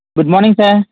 good morning sir